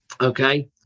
okay